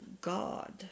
God